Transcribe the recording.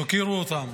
תוקירו אותן.